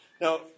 Now